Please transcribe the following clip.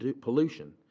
pollution